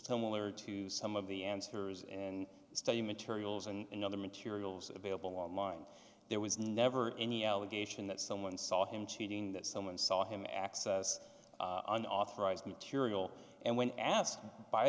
someone were to some of the answers and study materials and other materials available online there was never any allegation that someone saw him cheating that someone saw him access an authorized material and when asked by